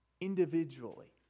individually